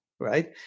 right